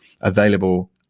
available